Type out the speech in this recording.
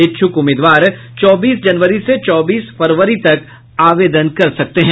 इच्छ्क उम्मीदवार चौबीस जनवरी से चौबीस फरवरी तक आवेदन कर सकते हैं